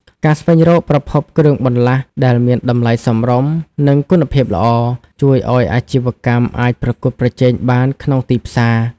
ការស្វែងរកប្រភពគ្រឿងបន្លាស់ដែលមានតម្លៃសមរម្យ និងគុណភាពល្អ ជួយឱ្យអាជីវកម្មអាចប្រកួតប្រជែងបានក្នុងទីផ្សារ។